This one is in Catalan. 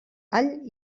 all